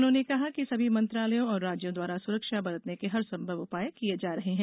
उन्होंने कहा कि सभी मंत्रालयों और राज्यों द्वारा सुरक्षा बरतने के हरसंभव उपाय किए जा रहे हैं